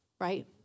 right